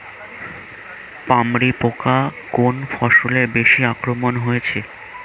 পামরি পোকা কোন ফসলে বেশি আক্রমণ হয়েছে?